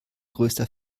größter